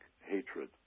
hatred